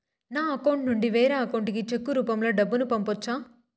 నా అకౌంట్ నుండి వేరే అకౌంట్ కి చెక్కు రూపం లో డబ్బును పంపొచ్చా?